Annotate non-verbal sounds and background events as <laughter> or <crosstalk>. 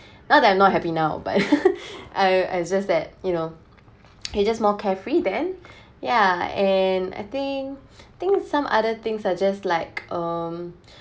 <breath> not that I'm not happy now but <laughs> I I just that you know <noise> we just more carefree then <breath> yeah and I think <breath> think some other things are just like um <breath>